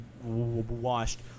washed